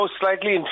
slightly